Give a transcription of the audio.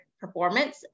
performance